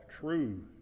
true